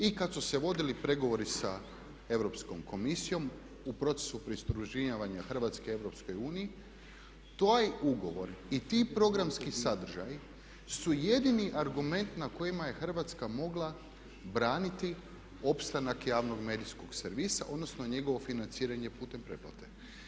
I kada su se vodili pregovori sa Europskom komisijom u procesu pridruživanja Hrvatske Europskoj uniji, taj ugovor i ti programski sadržaji su jedini argument na kojima je Hrvatska mogla braniti opstanak javnog medijskog servisa odnosno njegovo financiranje putem pretplate.